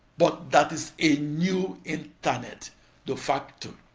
but that is a new internet de facto.